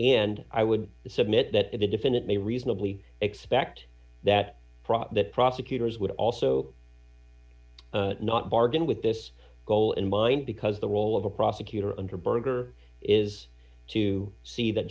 and i would submit that a defendant may reasonably expect that that prosecutors would also not bargain with this goal in mind because the role of a prosecutor under berger is to see that